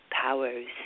powers